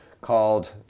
called